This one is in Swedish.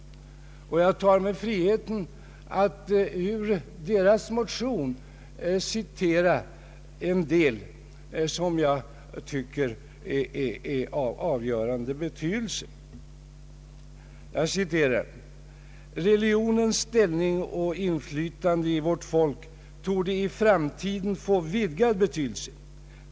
Jag tar mig friheten att ur deras motion citera en del som jag anser vara av avgörande betydelse: ”Religionens ställning och inflytande i vårt folk torde i framtiden få vidgad betydelse.